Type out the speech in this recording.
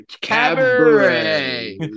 Cabaret